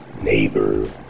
neighbor